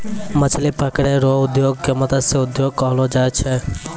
मछली पकड़ै रो उद्योग के मतस्य उद्योग कहलो जाय छै